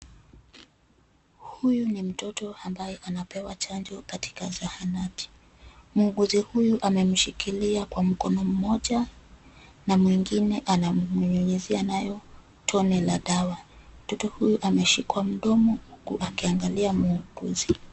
Huyu ni mtoto ambaye anapewa chanjo katika zahanati. Muuguzi huyu amemshikilia kwa mkono mmoja na mwengine anamnyunyuzia nayo tone la dawa. Mtoto huyu ameshikwa mdomo huku akiangalia muuguzi.